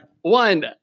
One